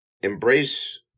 embrace